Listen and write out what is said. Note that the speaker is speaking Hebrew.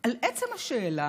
על עצם השאלה